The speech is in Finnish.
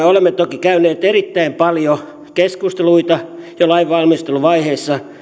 olemme toki käyneet erittäin paljon keskusteluita jo lain valmisteluvaiheessa